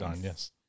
yes